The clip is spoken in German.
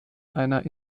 einer